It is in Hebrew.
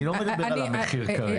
אני לא מדבר על המחיר כרגע.